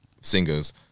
singers